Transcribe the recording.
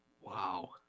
Wow